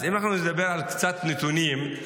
אם נדבר קצת על נתונים,